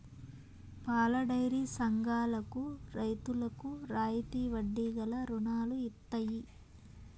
పాలడైరీ సంఘాలకు రైతులకు రాయితీ వడ్డీ గల రుణాలు ఇత్తయి